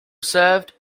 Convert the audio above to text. served